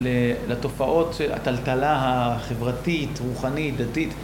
לתופעות של הטלטלה החברתית, רוחנית, דתית.